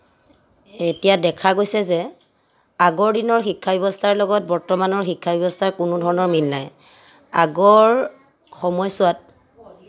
এতিয়া দেখা গৈছে যে আগৰ দিনৰ শিক্ষা ব্যৱস্থাৰ লগত বৰ্তমানৰ শিক্ষা ব্যৱস্থাৰ কোনো ধৰণৰ মিল নাই আগৰ সময়চোৱাত